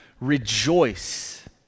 rejoice